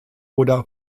oder